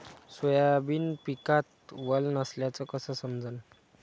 Soybean पिकात वल नसल्याचं कस समजन?